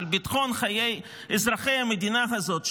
של ביטחון חיי אזרחי המדינה הזאת,